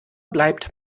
bleibt